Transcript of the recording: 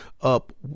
up